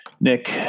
Nick